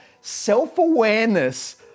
self-awareness